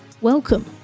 Welcome